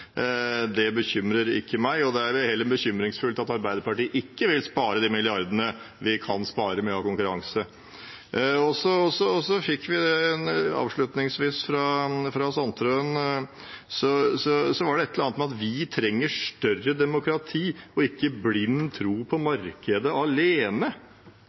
Det bekymrer ikke meg. Det er heller bekymringsfullt at Arbeiderpartiet ikke vil spare de milliardene vi kan spare ved å ha konkurranse. Så fikk vi avslutningsvis fra representanten Sandtrøen et eller annet om at vi trenger større demokrati og ikke blind tro på markedet alene.